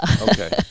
Okay